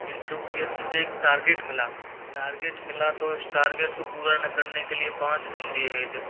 interview दिया तो मुझे एक टारगेट मिला टारगेट मिला तो उस टारगेट को पूरा करने के लिए पाँच दिन दिए गए थे